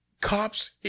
cops